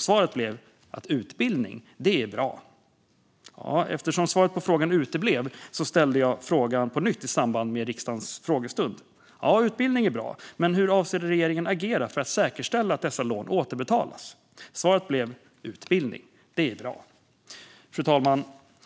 Svaret blev att utbildning, det är bra. Eftersom svaret på frågan uteblev ställde jag på nytt frågan i samband med riksdagens frågestund: Ja, utbildning är bra, men hur avser regeringen agera för att säkerställa att dessa lån återbetalas? Svaret blev: Utbildning, det är bra. Fru talman!